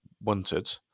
Wanted